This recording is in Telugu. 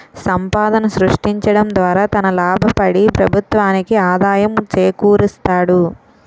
సంపాదన సృష్టించడం ద్వారా తన లాభపడి ప్రభుత్వానికి ఆదాయం చేకూరుస్తాడు